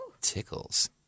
tickles